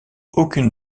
aucune